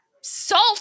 salt